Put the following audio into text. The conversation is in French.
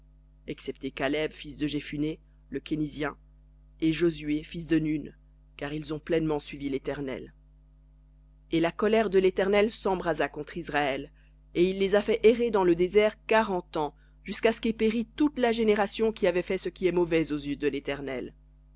excepté caleb fils de jephunné le kenizien et josué fils de nun car ils ont pleinement suivi léternel et la colère de l'éternel s'embrasa contre israël et il les a fait errer dans le désert quarante ans jusqu'à ce qu'ait péri toute la génération qui avait fait ce qui est mauvais aux yeux de l'éternel